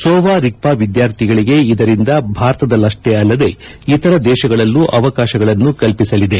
ಸೋವಾ ರಿಗ್ವಾ ವಿದ್ಯಾರ್ಥಿಗಳಿಗೆ ಇದರಿಂದ ಭಾರತದಲ್ಲಷ್ವೇ ಅಲ್ಲದೆ ಇತರ ದೇಶಗಳಲ್ಲೂ ಅವಕಾಶಗಳನ್ನು ಕಲ್ಪಿಸಲಿದೆ